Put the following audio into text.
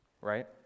right